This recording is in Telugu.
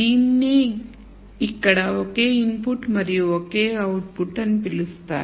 దీనినే ఇక్కడ ఒకే ఇన్ పుట్ మరియు ఒకే అవుట్ పుట్ అని పిలుస్తారు